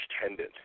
tendon